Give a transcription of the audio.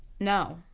no.